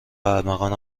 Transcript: ارمغان